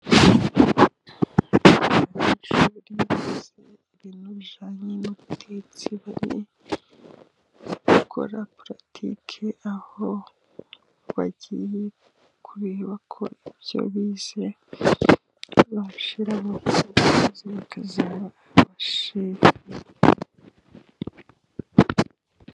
Abanyeshuri barimo ibintu bijyanye n'ubutegetsi banakora paratike aho bagiye kureba ko ibyo bize bashiraho ubushobozi bakazabasha kubikora neza.